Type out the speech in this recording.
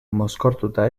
mozkortuta